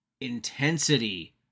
intensity